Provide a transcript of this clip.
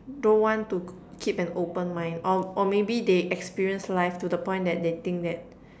don't want to keep an open mind or or maybe they experience life to the point that they think that